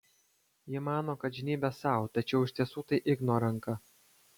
ji mano kad žnybia sau tačiau iš tiesų tai igno ranka